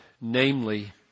namely